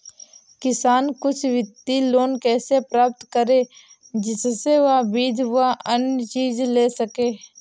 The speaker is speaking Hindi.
किसान कुछ वित्तीय लोन कैसे प्राप्त करें जिससे वह बीज व अन्य चीज ले सके?